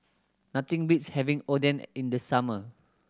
nothing beats having Oden in the summer